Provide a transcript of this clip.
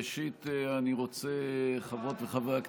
ראשית אני רוצה, חברות וחברי הכנסת,